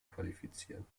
qualifizieren